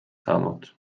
saanud